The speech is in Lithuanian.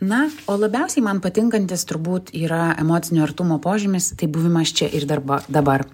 na o labiausiai man patinkantis turbūt yra emocinio artumo požymis tai buvimas čia ir darba dabar